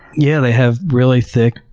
yeah, they have really thick,